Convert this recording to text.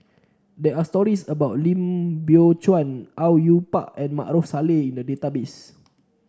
there are stories about Lim Biow Chuan Au Yue Pak and Maarof Salleh in the database